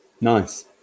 Nice